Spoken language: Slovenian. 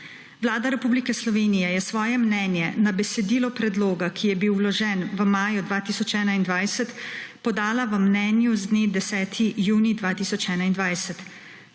Vlada Republike Slovenije je svoje mnenje na besedilo predloga, ki je bil vložen v maju 2021, podala v mnenju z dne 10. junij 2021.